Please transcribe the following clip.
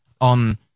on